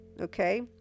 okay